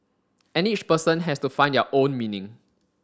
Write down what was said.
and each person has to find their own meaning